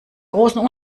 großen